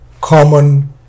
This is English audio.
common